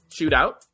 shootout